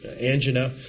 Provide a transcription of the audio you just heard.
angina